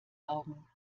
augen